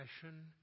passion